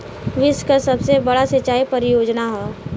विश्व के सबसे बड़ा सिंचाई परियोजना हौ